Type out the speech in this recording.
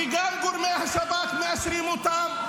וגם גורמי השב"כ מאשרים אותם,